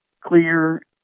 clear